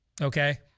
okay